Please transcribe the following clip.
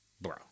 Bro